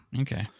Okay